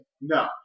No